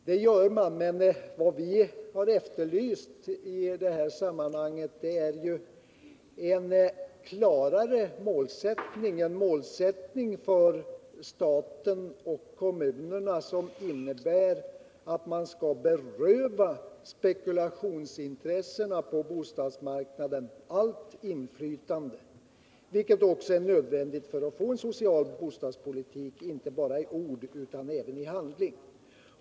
Det gör man, men vad vi har efterlyst i det sammanhanget är ju en klarare målsättning —-en målsättning för staten och kommunerna, som innebär att man skall beröva dem som har spekulationsintressen på bostadsmarknaden allt inflytande. Det är också nödvändigt för att få en social bostadspolitik inte bara i ord utan i handling.